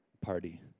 party